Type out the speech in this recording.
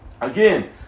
Again